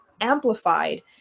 amplified